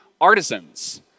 artisans